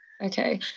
Okay